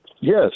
Yes